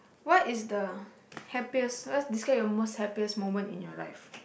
what is the happiest what describe your most happiest moment in your life